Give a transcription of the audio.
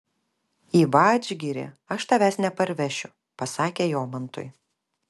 į vadžgirį aš tavęs neparvešiu pasakė jomantui